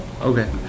Okay